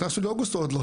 נכנסנו לאוגוסט או עוד לא?